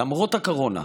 למרות הקורונה,